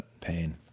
Pain